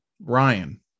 Ryan